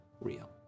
real